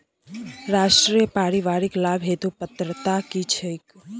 राष्ट्रीय परिवारिक लाभ हेतु पात्रता की छैक